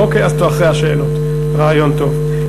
אוקיי, אז אחרי השאלות, רעיון טוב.